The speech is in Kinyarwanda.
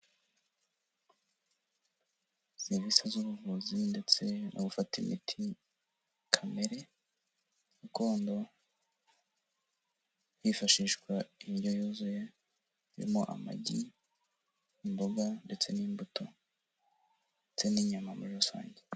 Serivisi z'ubuvuzi ndetse no gufata imiti kamere, gakondo hifashishwa indyo yuzuye irimo amagi, imboga, ndetse n'imbuto, ndetse n'inyama muri rusange.